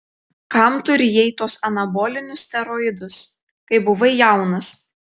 kam tu rijai tuos anabolinius steroidus kai buvai jaunas